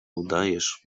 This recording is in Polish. udajesz